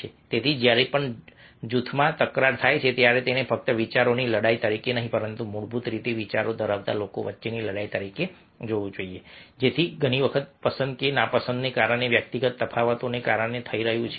તેથી જ્યારે પણ જૂથમાં તકરાર થાય છે ત્યારે તેને ફક્ત વિચારોની લડાઈ તરીકે નહીં પરંતુ મૂળભૂત રીતે વિચારો ધરાવતા લોકો વચ્ચેની લડાઈ તરીકે જોવું જોઈએ કે જે ઘણી વખત પસંદ અને નાપસંદને કારણે વ્યક્તિગત તફાવતોને કારણે થઈ રહ્યું છે